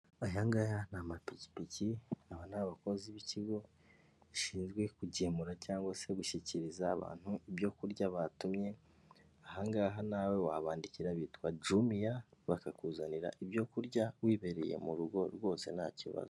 Ayangaya ni amapikipiki, aba ni abakozi b'ikigo gishinzwe kugemura cyangwa se gushyikiriza abantu ibyo kurya batumye, ahangaha nawe wabandikira bitwa jumiya, bakakuzanira ibyo kurya wibereye mu rugo rwose nta kibazo.